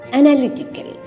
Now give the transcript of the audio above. analytical